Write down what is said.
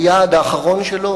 היעד האחרון שלו,